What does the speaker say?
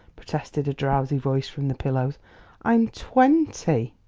protested a drowsy voice from the pillows i'm twenty!